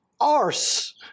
Arse